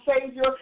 Savior